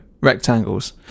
rectangles